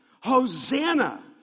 Hosanna